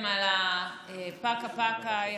על הפקה-פקה,